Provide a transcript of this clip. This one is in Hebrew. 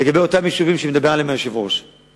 לגבי אותם יישובים שהיושב-ראש מדבר עליהם,